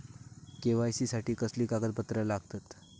KYC साठी कसली कागदपत्र लागतत?